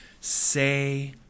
Say